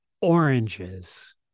oranges